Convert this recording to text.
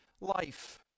life